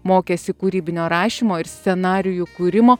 mokėsi kūrybinio rašymo ir scenarijų kūrimo